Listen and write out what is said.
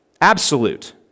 Absolute